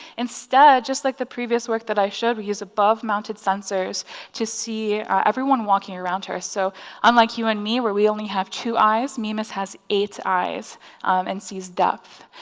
instead just like the previous work that i showed, we use above mounted sensors to see everyone walking around her so unlike you and me where we only have two eyes, mimus has eight eyes and sees depth.